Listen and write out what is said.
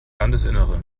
landesinnere